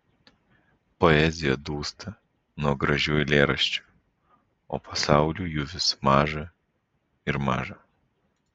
poezija dūsta nuo gražių eilėraščių o pasauliui jų vis maža ir maža